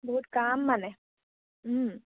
বহুত কাম মানে